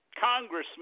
congressman